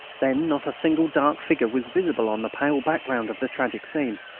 then not a single dark figure was visible on the pale background of the tragic scene.